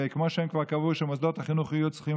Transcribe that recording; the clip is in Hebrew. וכמו שהם כבר קבעו שמוסדות החינוך היו צריכים